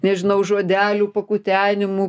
nežinau žodelių pakutenimų